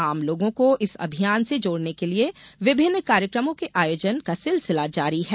आम लोगों को इस अभियान से जोड़ने के लिए विभिन्न कार्यक्रमों के आयोजन का सिलसिला जारी है